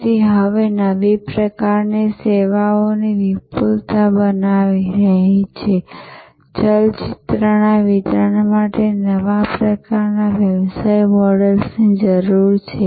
તે હવે નવી પ્રકારની સેવાઓની વિપુલતા બનાવી રહી છે ચલચિત્રના વિતરણ માટે નવા પ્રકારના વ્યવસાય મોડલ્સની જરૂર છે